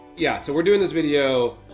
yeah, so we're doing this video